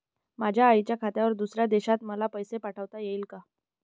माझ्या आईच्या खात्यावर दुसऱ्या देशात मला पैसे पाठविता येतील का?